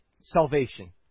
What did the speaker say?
salvation